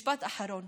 משפט אחרון